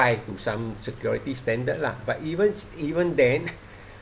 to some security standard lah but even even then